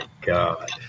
God